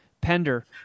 Pender